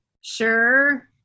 Sure